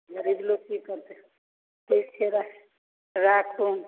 गरीब लोक की करतै ठीक छै राखै छी राखु